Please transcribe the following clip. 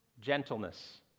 gentleness